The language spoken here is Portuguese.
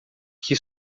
que